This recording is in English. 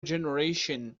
generation